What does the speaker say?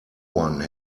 one